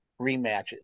rematches